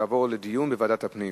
תעבור לדיון בוועדת הפנים.